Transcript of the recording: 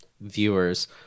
viewers